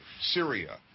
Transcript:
Syria